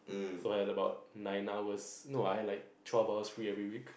so I had about nine hours no I have like twelve hours free every week